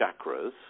chakras